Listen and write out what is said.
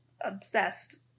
obsessed